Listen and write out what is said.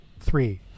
Three